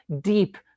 deep